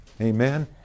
Amen